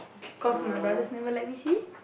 cause my brothers never let me see